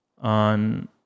on